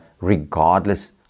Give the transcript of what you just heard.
regardless